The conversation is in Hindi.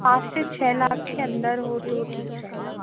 पाँच से छः लाख के अन्दर हो तो ठीक रहेगा